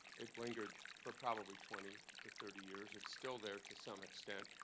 it lingered for probably twenty to thirty years. it's still there to some extent.